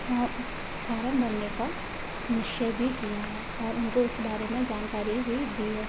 form भरने का निश्चय भी किया है और उनको इस बारे में जानकारी भी दी है